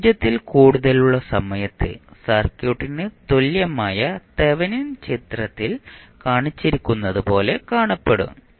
0 ൽ കൂടുതലുള്ള സമയത്ത് സർക്യൂട്ടിന് തുല്യമായ തെവെനിൻ ചിത്രത്തിൽ കാണിച്ചിരിക്കുന്നതുപോലെ കാണപ്പെടും